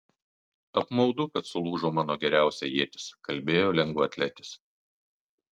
apmaudu kad sulūžo mano geriausia ietis kalbėjo lengvaatletis